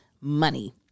Money